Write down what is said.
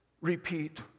repeat